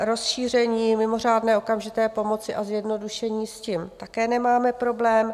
Rozšíření mimořádné okamžité pomoci a zjednodušení, s tím také nemáme problém.